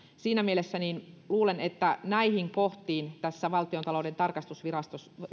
siinä mielessä luulen että näihin kohtiin tässä valtiontalouden tarkastusviraston